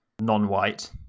non-white